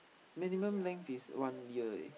minimum length is one year eh